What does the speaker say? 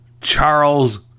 Charles